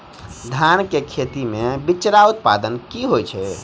धान केँ खेती मे बिचरा उत्पादन की होइत छी?